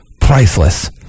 priceless